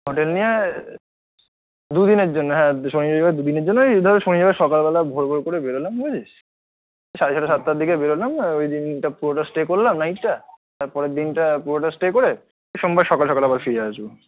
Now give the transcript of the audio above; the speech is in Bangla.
হোটেল নিয়ে দু দিনের জন্য হ্যাঁ শনি রবিবার দু দিনের জন্য ওই ধর শনিবার সকালবেলা ভোর ভোর করে বেরোলাম বুঝেছিস সাড়ে ছটা সাতটার দিকে বেরোলাম ওই দিনটা পুরোটা স্টে করলাম নাইটটা তারপরের দিনটা পুরোটা স্টে করে সোমবার সকাল সকাল আবার ফিরে আসবো